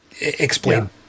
explain